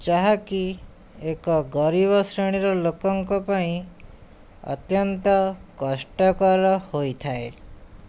ଯାହାକି ଏକ ଗରିବ ଶ୍ରେଣୀର ଲୋକଙ୍କ ପାଇଁ ଅତ୍ୟନ୍ତ କଷ୍ଟକର ହୋଇଥାଏ